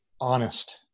honest